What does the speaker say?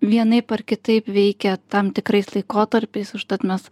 vienaip ar kitaip veikia tam tikrais laikotarpiais užtat mes